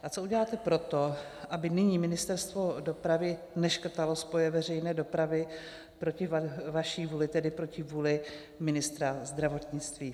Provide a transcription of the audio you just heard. A co uděláte pro to, aby nyní Ministerstvo dopravy neškrtalo spoje veřejné dopravy proti vaší vůli, tedy proti vůli ministra zdravotnictví?